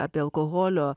apie alkoholio